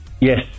Yes